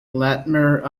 latymer